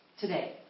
today